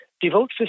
devote